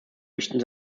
richten